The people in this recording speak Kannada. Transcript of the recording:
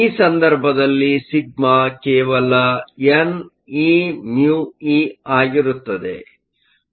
ಈ ಸಂದರ್ಭದಲ್ಲಿ ಸಿಗ್ಮಾ ಕೇವಲ neμe ಆಗಿರುತ್ತದೆ